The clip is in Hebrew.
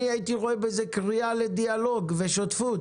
אני הייתי רואה בזה קריאה לדיאלוג ושותפות.